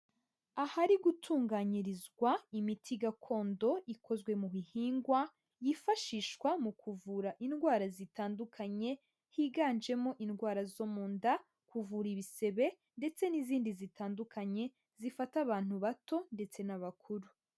Ahari gutunganyirizwa imiti gakondo ikozwe mu bihingwa yifashishwa mu kuvura indwara zitandukanye higanjemo indwara zo mu nda, kuvura ibisebe ndetse n'izindi zitandukanye zifata abantu bato ndetse n'abakuru.